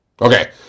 Okay